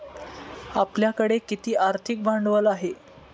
आपल्याकडे किती आर्थिक भांडवल आहे?